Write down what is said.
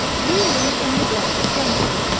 we lose and neglect eternity,